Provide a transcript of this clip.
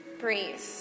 Breathe